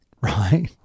right